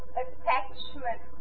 attachment